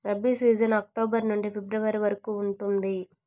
rabi season October నుండి February వరకు ఉంటుంది